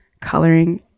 Coloring